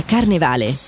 Carnevale